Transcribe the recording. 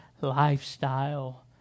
lifestyle